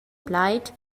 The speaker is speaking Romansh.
plaid